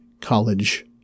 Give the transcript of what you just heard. college